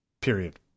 period